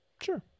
sure